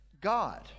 God